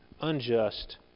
unjust